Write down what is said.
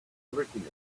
everything